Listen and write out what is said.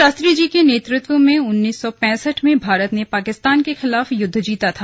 शास्त्रीजी के नेतृत्व में उन्नीस सौ पैसठ में भारत ने पाकिस्तान के खिलाफ युद्ध जीता था